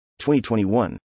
2021